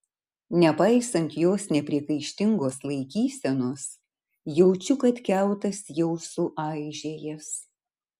nepaisant jos nepriekaištingos laikysenos jaučiu kad kiautas jau suaižėjęs